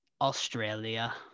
Australia